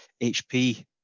HP